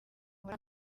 muri